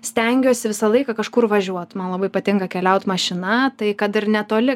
stengiuosi visą laiką kažkur važiuot man labai patinka keliaut mašina tai kad ir netoli